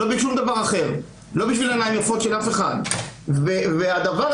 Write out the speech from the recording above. יש ערך לכך שהיית חבר בוועדה למשך כהונה שלמה של כנסת כי אז אתה מתמקצע,